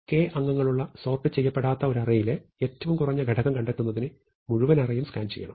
k അംഗങ്ങളുള്ള sort ചെയ്യപ്പെടാത്ത ഒരു അറേയിലെ ഏറ്റവും കുറഞ്ഞ ഘടകം കണ്ടെത്തുന്നതിന് മുഴുവൻ അറേയും സ്കാൻ ചെയ്യണം